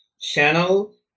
channel